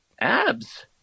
abs